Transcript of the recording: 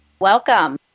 Welcome